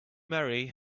marry